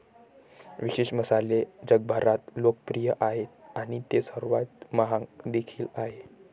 विशेष मसाले जगभरात लोकप्रिय आहेत आणि ते सर्वात महाग देखील आहेत